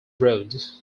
road